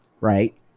right